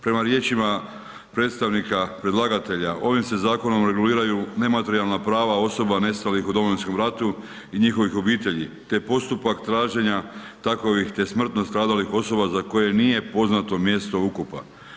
Prema riječima predstavnika predlagatelja, ovim se zakonom reguliraju nematerijalna prava osoba nestalih u Domovinskom ratu i njihovih obitelji te postupak traženja takovih te smrtno stradalih osoba za koje nije poznato mjesto ukopa.